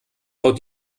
frau